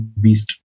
beast